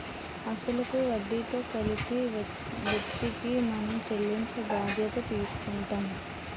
అసలు కు వడ్డీతో కలిపి వ్యక్తికి మనం చెల్లించే బాధ్యత తీసుకుంటాం